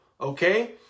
okay